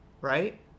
right